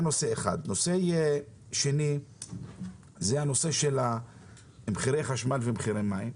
נושא נוסף הוא הנושא של מחירי החשמל והמים.